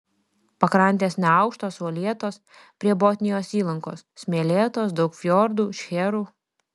pakrantės neaukštos uolėtos prie botnijos įlankos smėlėtos daug fjordų šcherų